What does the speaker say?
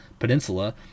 Peninsula